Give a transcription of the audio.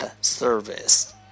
Service